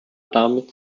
damit